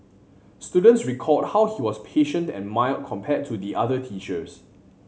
students recalled how he was patient and mild compared to the other teachers